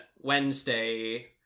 Wednesday